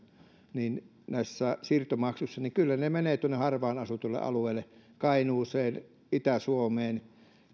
näissä siirtomaksuissa niin kyllä ne menevät tuonne harvaan asutulle alueelle kainuuseen itä suomeen